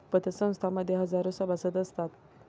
पतसंस्थां मध्ये हजारो सभासद असतात